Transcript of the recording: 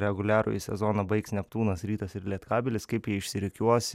reguliarųjį sezoną baigs neptūnas rytas ir lietkabelis kaip jie išsirikiuos